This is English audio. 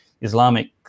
islamic